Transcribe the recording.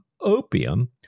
opium